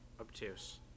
obtuse